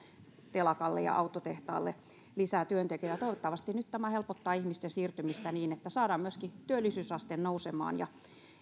telakalle ja autotehtaalle lisää työntekijöitä toivottavasti nyt tämä helpottaa ihmisten siirtymistä niin että saadaan myöskin työllisyysaste nousemaan ja